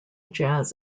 jazz